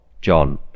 John